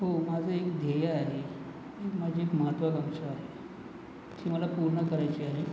हो माझं एक ध्येय आहे माझी एक महत्वाकांक्षा आहे ती मला पूर्ण करायची आहे